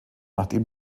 nachdem